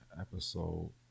episode